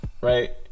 Right